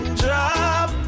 drop